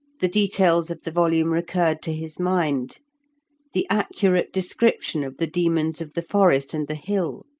the details of the volume recurred to his mind the accurate description of the demons of the forest and the hill,